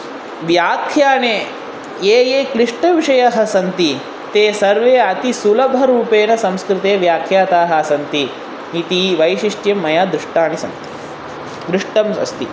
व्याख्याने ये ये क्लिष्टविषयाः सन्ति ते सर्वे अति सुलभरूपेण संस्कृते व्याख्याताः सन्ति इति वैशिष्ट्यं मया दृष्टानि सन्ति दृष्टम् अस्ति